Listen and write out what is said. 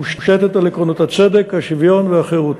המושתתת על עקרונות הצדק, השוויון והחירות.